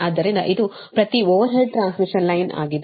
ಆದ್ದರಿಂದ ಇದು ಪ್ರತಿ ಓವರ್ಹೆಡ್ ಟ್ರಾನ್ಸ್ಮಿಷನ್ ಲೈನ್ ಆಗಿದೆ